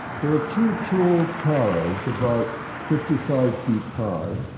there are two tall towers, about fifty five feet high,